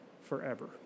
forever